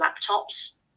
laptops